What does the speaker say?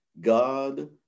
God